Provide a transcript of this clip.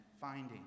finding